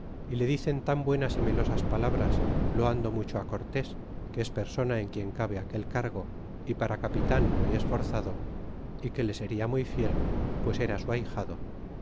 y le dicen tan buenas y melosas palabras loando mucho a cortés que es persona en quien cabe aquel cargo y para capitan muy esforzado y que le seria muy fiel pues era su ahijado